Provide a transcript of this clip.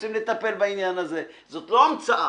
רוצים לטפל בעניין הזה זאת לא המצאה.